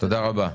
תודה רבה.